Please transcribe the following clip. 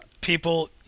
People